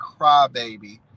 crybaby